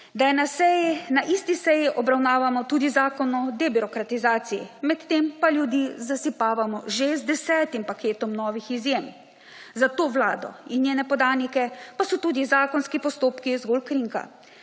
da je na seji, na isti seji obravnavan tudi Zakon o debirokratizaciji med tem pa ljudi zasipavamo že z desetim paketom novih izjem, zato Vlado in njene podanike pa so tudi zakonski postopki zgolj krinka.